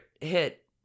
hit